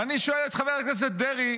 ואני שואל את חבר הכנסת דרעי,